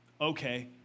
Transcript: Okay